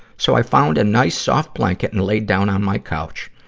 so i found a nice, soft blanket and laid down on my couch.